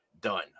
done